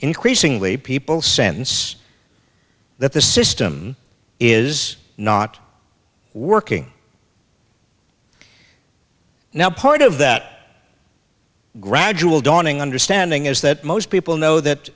increasingly people sense that the system is not working now part of that gradual dawning understanding is that most people know that